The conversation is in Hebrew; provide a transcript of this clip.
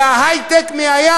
זה ההיי-טק מהים.